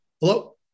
Hello